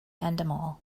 endemol